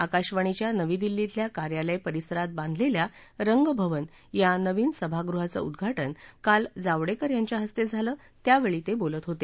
आकाशवाणीच्या नवी दिल्ली क्रेल्या कार्यालय परिसरात बांधलेल्या रंग भवन या नवीन सभागृहाचं उद्वाटन काल जावडेकर यांच्या हस्ते झालं त्यावेळी ते बोलत होते